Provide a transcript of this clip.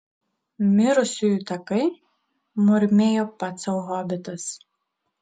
mirusiųjų takai murmėjo pats sau hobitas